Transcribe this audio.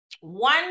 one